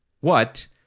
What